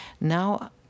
now